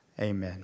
Amen